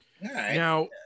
Now